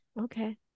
Okay